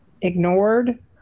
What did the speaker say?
ignored